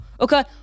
Okay